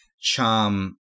charm